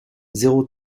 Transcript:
zéro